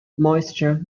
moisture